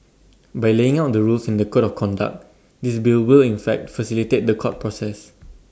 by laying out the rules and the code of conduct this bill will in fact facilitate The Court process